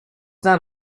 not